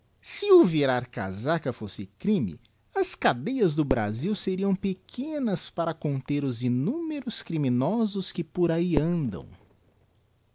se o virar casaca fosse crime as cadeias do brasil seriam pequenas para conter os innumeros criminosos que por ahi andam